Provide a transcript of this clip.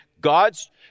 God's